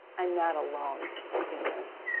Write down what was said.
i'm not alone in this.